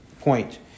point